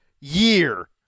year